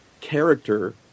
character